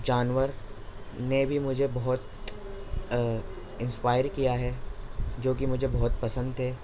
جانور نے بھی مجھے بہت انسپائر کیا ہے جو کہ مجھے بہت پسند تھے